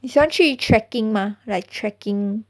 你喜欢去 trekking mah like trekking